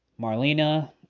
Marlena